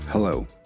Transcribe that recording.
Hello